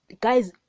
Guys